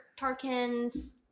Tarkin's